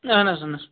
اَہن حظ اَہن حظ